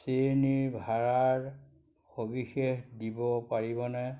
শ্ৰেণীৰ ভাড়াৰ সবিশেষ দিব পাৰিবনে